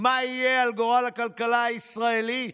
מה יהיה על גורל הכלכלה הישראלית.